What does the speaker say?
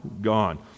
gone